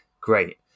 Great